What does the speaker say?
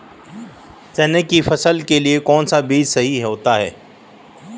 चने की फसल के लिए कौनसा बीज सही होता है?